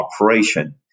operation